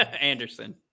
Anderson